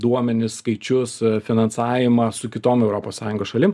duomenis skaičius finansavimą su kitom europos sąjungos šalim